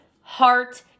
heart